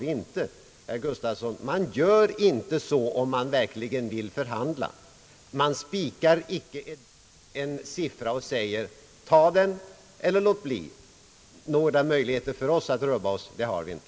Man gör inte så, herr Gustavsson, om man verkligen vill förhandla. Man spikar inte en siffra och säger: Ta den eller låt bli; några möjligheter för oss att rubba oss har vi inte.